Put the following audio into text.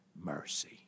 mercy